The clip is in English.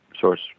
source